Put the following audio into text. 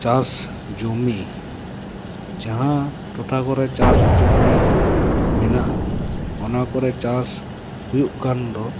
ᱪᱟᱥ ᱡᱚᱢᱤ ᱡᱟᱦᱟᱸ ᱴᱚᱴᱷᱟ ᱠᱚᱨᱮ ᱪᱟᱥ ᱡᱩᱢᱤ ᱢᱮᱱᱟᱜᱼᱟ ᱚᱱᱟ ᱠᱚᱨᱮ ᱪᱟᱥ ᱦᱩᱭᱩᱜ ᱠᱟᱱ ᱫᱚ